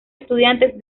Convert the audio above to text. estudiantes